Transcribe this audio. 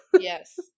Yes